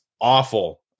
awful